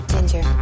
Ginger